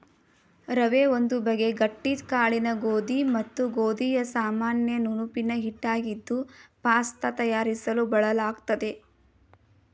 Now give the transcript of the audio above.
ರವೆ ಒಂದು ಬಗೆ ಗಟ್ಟಿ ಕಾಳಿನ ಗೋಧಿ ಮತ್ತು ಗೋಧಿಯ ಸಾಮಾನ್ಯ ನುಣುಪಿನ ಹಿಟ್ಟಾಗಿದ್ದು ಪಾಸ್ತ ತಯಾರಿಸಲು ಬಳಲಾಗ್ತದೆ